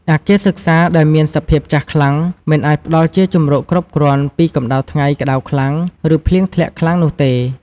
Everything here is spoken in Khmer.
អគារសិក្សាដែលមានសភាពចាស់ខ្លាំងមិនអាចផ្តល់ជាជម្រកគ្រប់គ្រាន់ពីកម្ដៅថ្ងៃក្តៅខ្លាំង ឬភ្លៀងធ្លាក់ខ្លាំងនោះទេ។